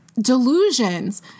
delusions